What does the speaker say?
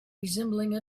resembling